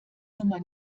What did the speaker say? nummer